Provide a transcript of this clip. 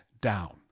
down